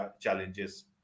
challenges